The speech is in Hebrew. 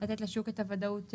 לתת לשוק את הוודאות.